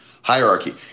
hierarchy